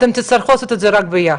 אתם תצטרכו לעשות את זה רק ביחד.